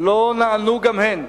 לא נענו גם הן,